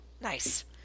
Nice